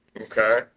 Okay